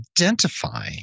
identify